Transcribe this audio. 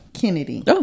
Kennedy